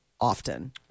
often